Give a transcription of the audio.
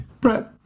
Brett